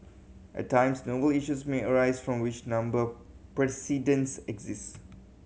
at times novel issues may arise from which number precedents exist